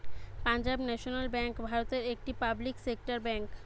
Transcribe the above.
Punjab national bank ভারতের একটি public sector bank